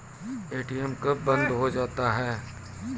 ATM कब बंद हो जाता हैं?